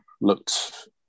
looked